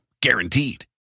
Guaranteed